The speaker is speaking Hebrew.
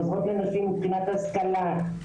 עוזרות לנשים מבחינת השכלה,